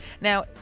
Now